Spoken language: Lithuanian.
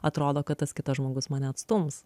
atrodo kad tas kitas žmogus mane atstums